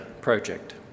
project